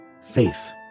faith